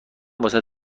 واست